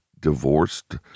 divorced